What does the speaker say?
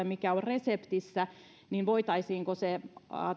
mikä on reseptissä niin voitaisiinko se